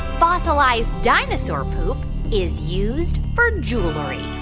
fossilized dinosaur poop is used for jewelry?